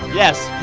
yes,